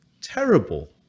terrible